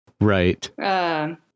Right